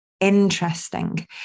interesting